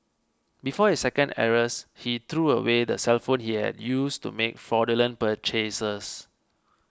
before his second arrest he threw away the cellphone he had used to make fraudulent purchases